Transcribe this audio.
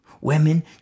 Women